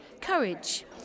courage